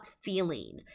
feeling